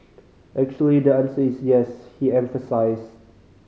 actually the answer is yes he emphasised